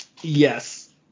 Yes